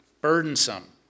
burdensome